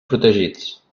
protegits